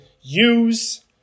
use